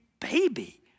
baby